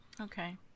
Okay